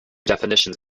definitions